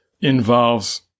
involves